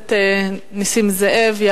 הכנסת נסים זאב, תודה רבה.